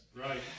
Right